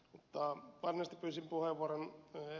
mutta varsinaisesti pyysin puheenvuoron ed